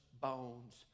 bones